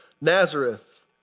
Nazareth